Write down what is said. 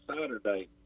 saturday